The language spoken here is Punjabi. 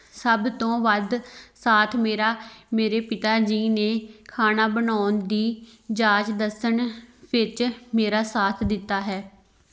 ਸਭ ਤੋਂ ਵੱਧ ਸਾਥ ਮੇਰਾ ਮੇਰੇ ਪਿਤਾ ਜੀ ਨੇ ਖਾਣਾ ਬਣਾਉਣ ਦੀ ਜਾਚ ਦੱਸਣ ਵਿੱਚ ਮੇਰਾ ਸਾਥ ਦਿੱਤਾ ਹੈ